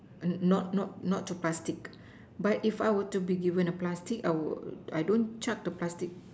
err not not not to plastic but if I were to be given a plastic I would I don't chuck the plastic